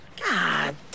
God